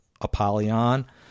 Apollyon